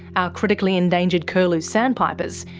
our critically endangered curlew sandpipers,